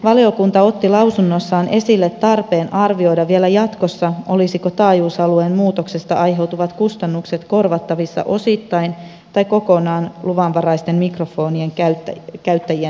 valiokunta otti lausunnossaan esille tarpeen arvioida vielä jatkossa olisivatko taajuusalueen muutoksesta aiheutuvat kustannukset korvattavissa osittain tai kokonaan luvanvaraisten mikrofonien käyttäjien osalta